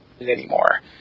anymore